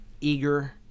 eager